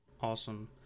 Awesome